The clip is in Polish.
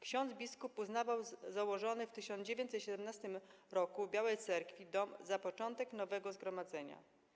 Ksiądz biskup uznawał założony w 1917 r. w Białej Cerkwi dom za początek nowego zgromadzenia.